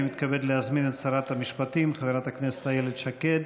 אני מתכבד להזמין את שרת המשפטים חברת הכנסת איילת שקד